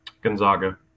Gonzaga